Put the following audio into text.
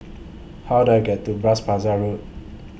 How Do I get to Bras Basah Road